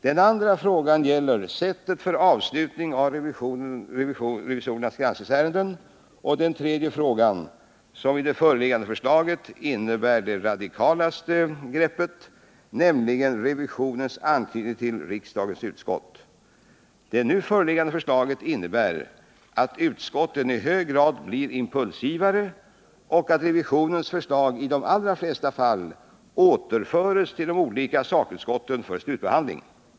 Den andra frågan gäller sättet för avslutning av revisorernas granskningsärenden, och den tredje frågan — som i det föreliggande förslaget innebär det radikalaste greppet — avser revisionens anknytning till riksdagens utskott. Det nu föreliggande förslaget innebär, att utskotten i hög grad blir impulsgivare och att revisionens förslag i de allra flesta fall återföres till de olika fackutskotten för slutbehandling.